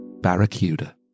Barracuda